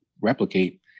replicate